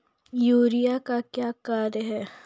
Urea का क्या कार्य हैं?